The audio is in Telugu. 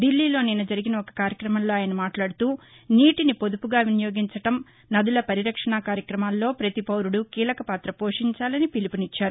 దిల్లీలో నిన్న జరిగిన ఒక కార్యక్రమంలో ఆయన మాట్లాడుతూ నీటిని పొదుపుగా వినియోగించడం నదుల పరిరక్షణ కార్యక్రమాల్లో ప్రతి పౌరుడు కీలకపాత పోషించాలని పిలుపునిచ్చారు